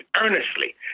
earnestly